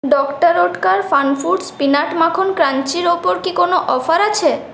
ডাক্টর Oetker funfoods peanut মাখন ক্রাঞ্চির ওপর কি কোনও অফার আছে